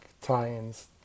tie-ins